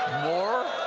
more?